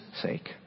sake